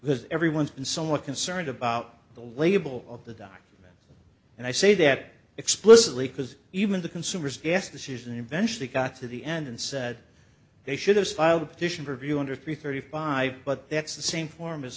that everyone's been somewhat concerned about the label of the done and i say that explicitly because even the consumers guess this isn't eventually got to the end and said they should have filed a petition review under three thirty five but that's the same form as